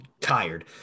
tired